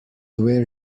wear